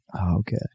Okay